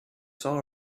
saw